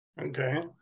okay